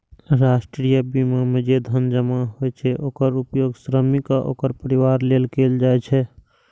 राष्ट्रीय बीमा मे जे धन जमा होइ छै, ओकर उपयोग श्रमिक आ ओकर परिवार लेल कैल जाइ छै